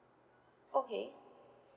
okay